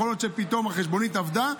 יכול להיות שפתאום החשבונית אבדה,